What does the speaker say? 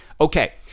Okay